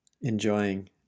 enjoying